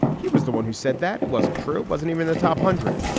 he was the one who said that it wasn't true, wasn't even the top hundred.